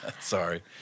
Sorry